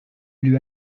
lui